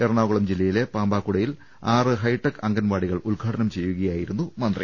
എറ ണാകുളം ജില്ലയിലെ പാമ്പാക്കുടയിൽ ആറ് ഹൈടെക് അങ്കൺവാടികൾ ഉദ്ഘാടനം ചെയ്യുകയായിരുന്നു മന്ത്രി